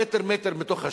במטר-מטר מתוך השטח,